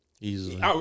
easily